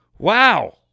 Wow